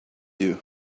you